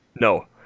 No